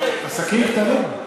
עסקים קטנים.